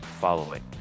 following